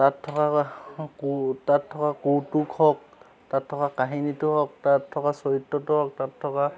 তাত থকা কু তাত থকা কৌতুক হওক তাত থকা কাহিনীটো হওক তাত থকা চৰিত্ৰটো হওক তাত থকা